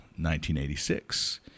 1986